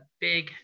big